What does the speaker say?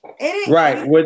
Right